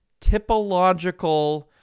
typological